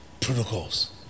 Protocols